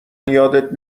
یادت